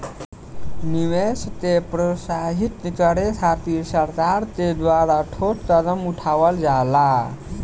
निवेश के प्रोत्साहित करे खातिर सरकार के द्वारा ठोस कदम उठावल जाता